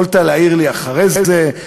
יכולת להעיר לי אחרי זה,